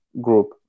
group